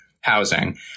housing